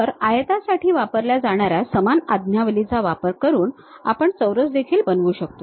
तर आयतासाठी वापरल्या जाणाऱ्या समान आज्ञावली चा वापर करून आपण चौरस देखील बनवू शकतो